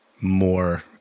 more